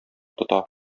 тота